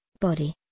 body